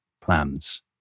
plans